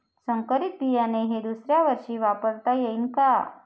संकरीत बियाणे हे दुसऱ्यावर्षी वापरता येईन का?